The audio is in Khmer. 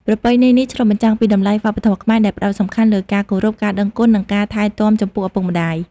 ប្រពៃណីនេះ ឆ្លុះបញ្ចាំងពីតម្លៃវប្បធម៌ខ្មែរ ដែលផ្ដោតសំខាន់លើការគោរព ការដឹងគុណ និងការថែទាំចំពោះឪពុកម្តាយ។